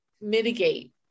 mitigate